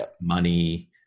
money